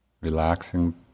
relaxing